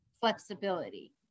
flexibility